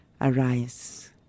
arise